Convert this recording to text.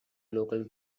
local